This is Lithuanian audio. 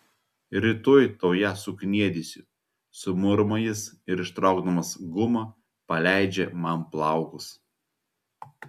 rytoj tau ją sukniedysiu sumurma jis ir ištraukdamas gumą paleidžia man plaukus